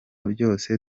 byose